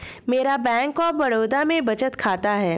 मेरा Bank of Baroda में बचत खाता है